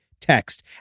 text